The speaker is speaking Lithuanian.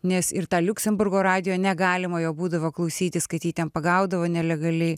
nes ir tą liuksemburgo radijo negalima jo būdavo klausytis kad jį ten pagaudavo nelegaliai